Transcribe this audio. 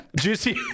Juicy